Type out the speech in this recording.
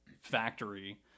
factory